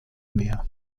mehr